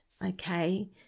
Okay